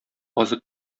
азык